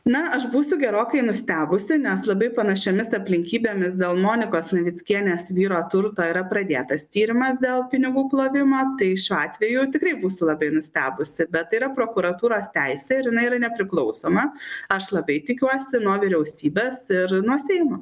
na aš būsiu gerokai nustebusi nes labai panašiomis aplinkybėmis dėl monikos navickienės vyro turto yra pradėtas tyrimas dėl pinigų plovimo tai šiuo atveju tikrai būsiu labai nustebusi bet yra prokuratūros teisė ir jinai yra nepriklausoma aš labai tikiuosi nuo vyriausybės ir nuo seimo